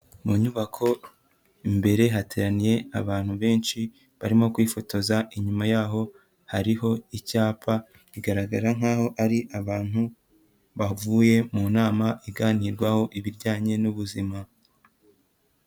Mu nyubako imbere hateraniye abantu benshi barimo kwifotoza, inyuma y'aho hariho icyapa bigaragara nkaho ari abantu bavuye mu nama iganirwaho ibijyanye n'ubuzima.